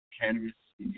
cannabis